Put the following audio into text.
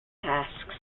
tasks